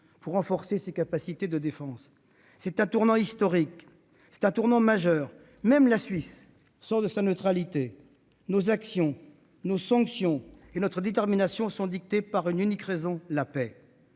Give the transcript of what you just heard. pour renforcer ses capacités de défense. C'est un tournant historique, c'est un tournant majeur. Même la Suisse sort de sa neutralité ! Nos actions, nos sanctions et notre détermination sont dictées par une unique raison : la paix.